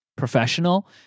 professional